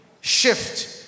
shift